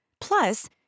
Plus